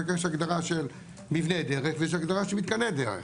יש הגדרה של מבנה דרך ויש הגדרה של מתקני דרך.